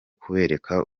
kubereka